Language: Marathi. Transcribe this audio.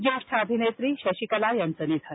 ज्येष्ठ अभिनेत्री शशिकला यांचं निधन